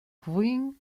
kvin